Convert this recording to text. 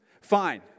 Fine